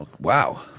Wow